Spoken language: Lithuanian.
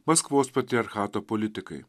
maskvos patriarchato politikai